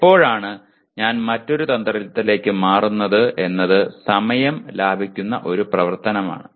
എപ്പോഴാണ് ഞാൻ മറ്റൊരു തന്ത്രത്തിലേക്ക് മാറുന്നത് എന്നത് സമയം ലാഭിക്കുന്ന ഒരു പ്രവർത്തനമാണ്